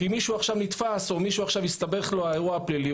כי מישהו עכשיו נתפס או מישהו עכשיו הסתבך לו האירוע הפלילי,